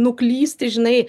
nuklysti žinai